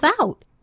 out